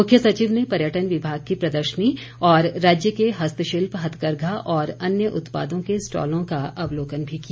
मुख्य सचिव ने पर्यटन विभाग की प्रदर्शनी और राज्य के हस्तशिल्प हथकरघा और अन्य उत्पादों के स्टॉलों का अवलोकलन भी किया